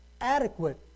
adequate